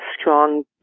strong